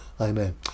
Amen